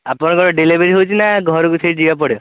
ଆପଣଙ୍କର ଡେଲିଭରି ହେଉଛି ନା ଘରକୁ ସେଇ ଯିବାକୁ ପଡ଼ିବ